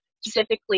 specifically